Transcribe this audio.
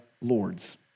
Lords